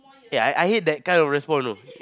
eh I I hate that kind of respond know